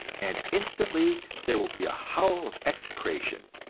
and instantly there will be a howl of execration.